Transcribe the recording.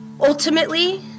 Ultimately